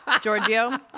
Giorgio